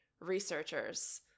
researchers